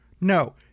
No